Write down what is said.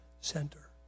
Center